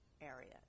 area